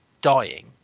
dying